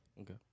Okay